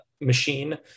machine